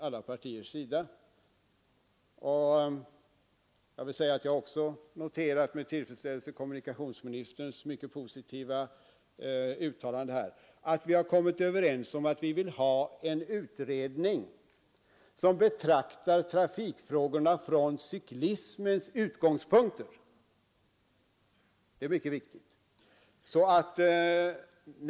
Jag har också med stor tillfredsställelse noterat kommunikationsministerns mycket positiva uttalande. Vi har kommit överens om att vi vill ha en utredning, som betraktar trafikfrågorna från cyklismens utgångspunkter. Det är mycket viktigt.